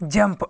jump